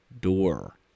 door